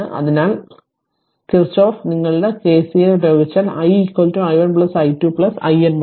അതിനാൽ കിർചോഫ് നിങ്ങളുടെ കെസിഎൽ പ്രയോഗിച്ചാൽ i i1 പ്ലസ് i2 മുതൽ iN വരെ